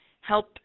Help